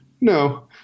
no